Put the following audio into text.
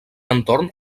entorn